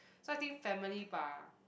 so I think family ba